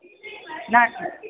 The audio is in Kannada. ನಾನು